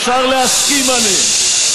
אפשר להסכים עליהם.